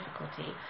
difficulty